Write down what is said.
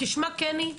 כשמה כן היא,